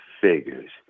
figures